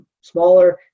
smaller